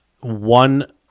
one